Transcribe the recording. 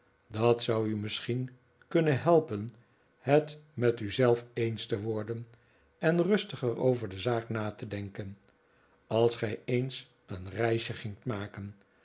dat zou u misschien kunnen helpen het met u zelf eens te worden en rustiger over de zaak na te denken als gij eens een reisje gingt maken